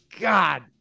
God